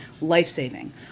life-saving